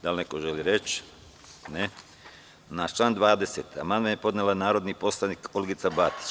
Da li neko želi reč? (Ne.) Na član 20. amandman je podnela narodni poslanik Olgica Batić.